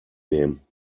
nehmen